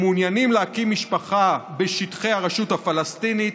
מעוניינים להקים משפחה בשטחי הרשות הפלסטינית,